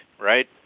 right